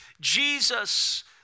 Jesus